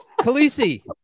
Khaleesi